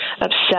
upset